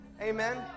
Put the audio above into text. Amen